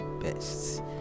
best